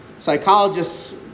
Psychologists